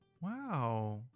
wow